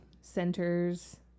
centers